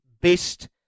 Best